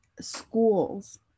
schools